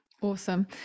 Awesome